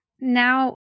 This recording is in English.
now